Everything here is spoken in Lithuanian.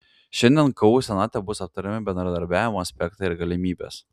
šiandien ku senate bus aptariami bendradarbiavimo aspektai ir galimybės